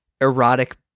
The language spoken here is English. erotic